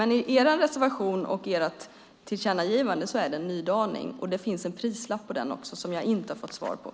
Men i er reservation och i ert tillkännagivande är det en nydaning, och det finns en prislapp på den också som jag inte har fått svar om.